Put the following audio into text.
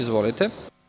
Izvolite.